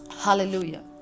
Hallelujah